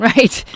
Right